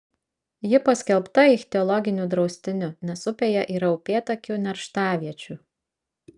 ji paskelbta ichtiologiniu draustiniu nes upėje yra upėtakių nerštaviečių